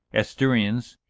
asturians,